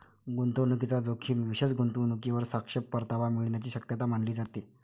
गुंतवणूकीचा जोखीम विशेष गुंतवणूकीवर सापेक्ष परतावा मिळण्याची शक्यता मानली जाते